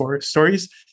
stories